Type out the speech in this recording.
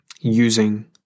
using